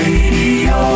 Radio